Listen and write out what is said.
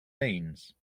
means